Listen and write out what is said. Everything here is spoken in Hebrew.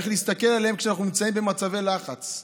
איך להסתכל עליהם כשאנחנו נמצאים במצבי לחץ.